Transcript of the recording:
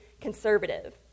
conservative